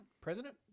president